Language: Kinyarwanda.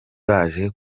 baje